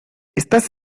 estás